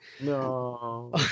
No